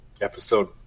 Episode